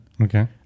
Okay